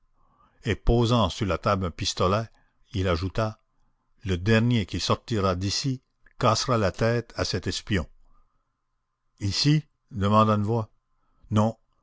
et posant sur la table un pistolet il ajouta le dernier qui sortira d'ici cassera la tête à cet espion ici demanda une voix non